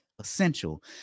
essential